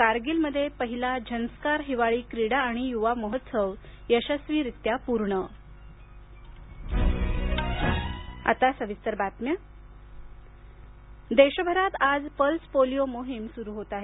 कारगिलमध्ये पहिला झंस्कार हिवाळी क्रीडा आणि युवा महोत्सव यशस्वीरित्या पूर्ण पोलिओ मोहीम देशभरात आज पल्स पोलिओ मोहीम सुरू होत आहे